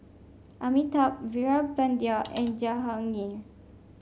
Amitabh Veerapandiya and Jahangir